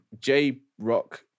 J-Rock